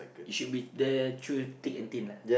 it should be there through thick and thin lah